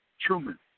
Truman